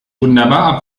wunderbar